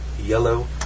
yellow